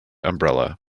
umbrella